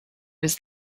was